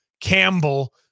Campbell